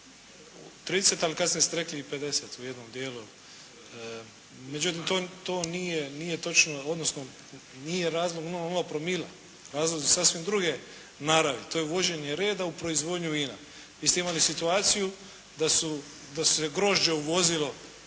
30 ali kasnije ste rekli i 50 u jednom dijelu, međutim to nije točno, odnosno nije razlog 0,0 promila. Razlog je sasvim druge naravi. To je uvođenje reda u proizvodnju vina. Vi ste imali situaciju da se grožđe uvozilo